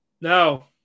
No